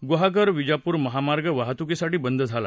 गुहागर विजापूर महामार्ग वाहतुकीसाठी बंद झाला